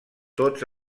tots